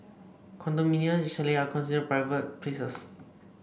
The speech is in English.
condominiums and chalet are considered private places